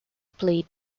played